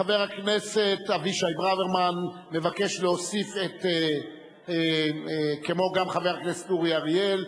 חבר הכנסת אבישי ברוורמן מבקש להוסיף את כמו גם חבר הכנסת אורי אריאל,